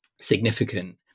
significant